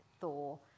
Thor